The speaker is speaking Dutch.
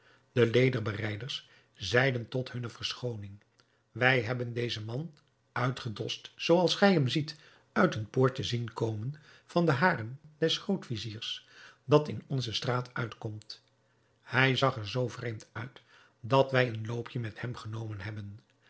de lederbereiders zeiden tot hunne verschooning wij hebben dezen man uitgedost zooals gij hem ziet uit een poortje zien komen van den harem des groot viziers dat in onze straat uitkomt hij zag er zoo vreemd uit dat wij een loopje met hem genomen hebben